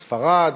ספרד,